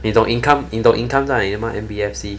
你懂 income 你懂 income 在哪里 mah M_B_F_C